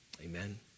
amen